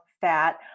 fat